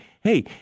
hey